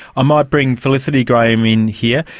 ah might bring felicity graham in here.